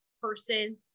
person